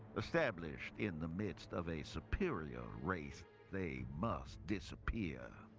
established in the midst of a superior race, they must disappear.